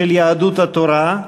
של יהדות התורה,